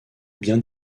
bien